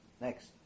next